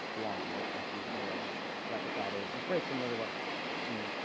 line right? it has to be blurred out a little bit. so that's what that is. and it's very similar to what i mean, so